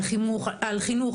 על חינוך,